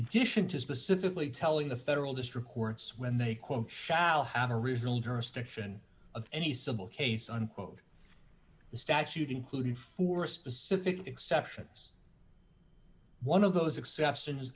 addition to specifically telling the federal district courts when they quote shall have a regional jurisdiction of any civil case unquote the statute included for specific exceptions one of those exceptions